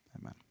amen